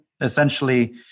essentially